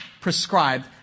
prescribed